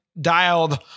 dialed